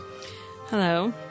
Hello